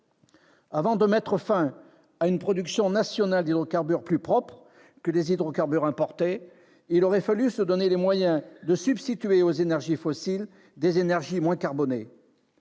Avant de mettre fin à une production nationale d'hydrocarbures plus « propres » que les hydrocarbures importés, il aurait fallu se donner les moyens de substituer aux énergies fossiles des énergies moins carbonées.